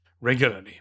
regularly